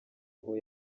aho